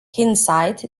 hindsight